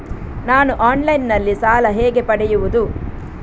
ನಾನು ಆನ್ಲೈನ್ನಲ್ಲಿ ಸಾಲ ಹೇಗೆ ಪಡೆಯುವುದು?